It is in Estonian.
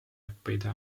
õppida